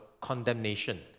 condemnation